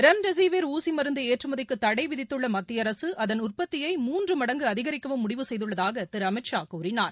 remdesivir ஊசி மருந்து ஏற்றுமதிக்கு தடைவித்துள்ள மத்திய அரசு அதன் உற்பத்தியை மூன்று மடங்கு அதிகரிக்கவும் முடிவு செய்துள்ளதாக திரு அமித்ஷா கூறினார்